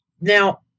Now